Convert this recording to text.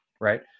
Right